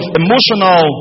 emotional